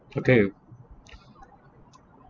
okay